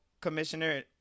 commissioner